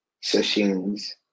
sessions